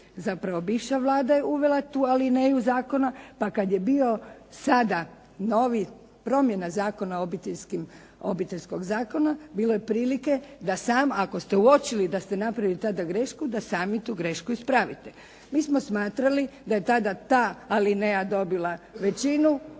zapravo bivša Vlada je uvela tu alineju zakona pa kad je bio sada novi promjena Zakona obiteljskog zakona bilo je prilike da sam, ako ste uočili da ste napravili tada grešku da sami tu grešku ispravite. Mi smo smatrali da je tada ta alineja dobila većinu